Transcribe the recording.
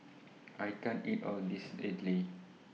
I can't eat All of This Idly